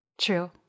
True